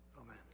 Amen